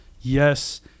yes